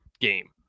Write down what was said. game